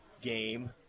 game